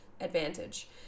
advantage